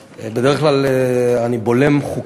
אני עוברת להצעת החוק